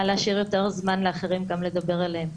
להשאיר יותר זמן לאחרים גם לדבר עליהן.